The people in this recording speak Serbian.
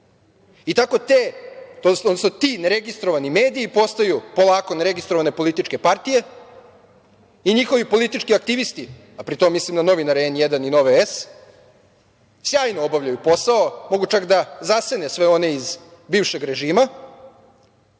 i tako ti neregistrovani mediji postaju polako neregistrovane političke partije i njihovi politički aktivisti, a pri tom mislim na novinare N1 i Nove S, sjajno obavljaju posao, mogu čak da zasene sve one iz bivšeg režima,